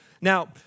Now